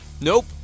Nope